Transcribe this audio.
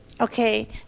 Okay